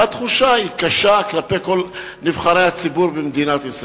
אבל אם נזכור שחצי מזה של אולמרט, זה לא נורא.